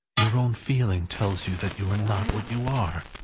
your own feeling tells you that you were not what you are,